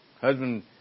Husband